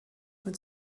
mit